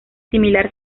similar